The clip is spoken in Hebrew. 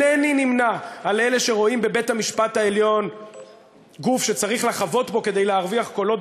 לדברים שלך יש משקל.